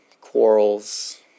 quarrels